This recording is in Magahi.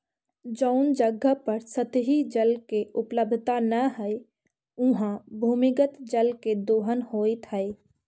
जउन जगह पर सतही जल के उपलब्धता न हई, उहाँ भूमिगत जल के दोहन होइत हई